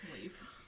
leave